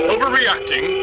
Overreacting